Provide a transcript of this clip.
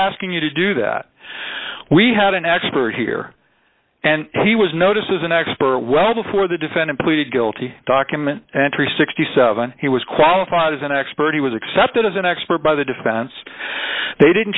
asking you to do that we had an expert here and he was noticed as an expert well before the defendant pleaded guilty document and three hundred and sixty seven he was qualified as an expert he was accepted as an expert by the defense they didn't